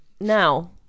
Now